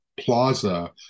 plaza